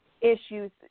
issues